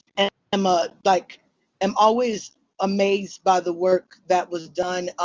and um ah like i'm always amazed by the work that was done